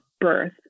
birth